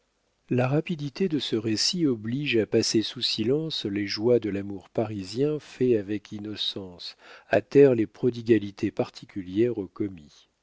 la rapidité de ce récit oblige à passer sous silence les joies de l'amour parisien fait avec innocence à taire les prodigalités particulières aux commis